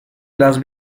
las